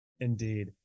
indeed